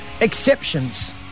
Exceptions